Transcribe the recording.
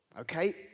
Okay